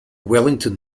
wellington